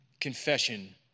confession